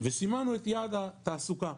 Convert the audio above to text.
וסימנו את יעד התעסוקה.